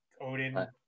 Odin